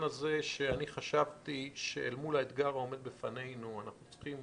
הזה שאני חשבתי שאל מול האתגר העומד בפנינו אנחנו צריכים